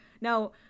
Now